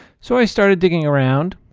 so i started digging around,